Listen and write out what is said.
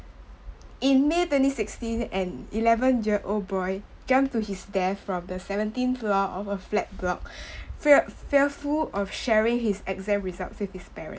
in may twenty sixteen an eleven year old boy jumped to his death from the seventeenth floor of a flat block fear fearful of sharing his exam results with his parent